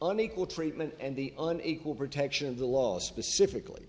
unequal treatment and the an equal protection of the law specifically